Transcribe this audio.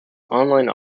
online